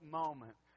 moment